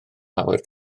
lawer